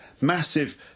Massive